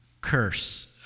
curse